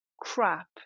crap